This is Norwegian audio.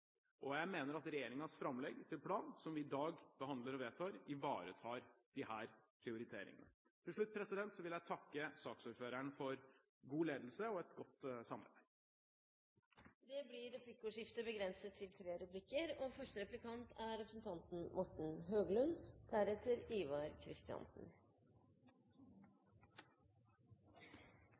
infrastruktur Jeg mener at regjeringens framlegg til plan, som vi i dag behandler og vedtar, ivaretar disse prioriteringene. Til slutt vil jeg takke saksordføreren for god ledelse og et godt samarbeid. Det blir replikkordskifte. Med kjøpet av F-35 kampfly bekreftes de tette bånd til USA, og